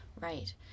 Right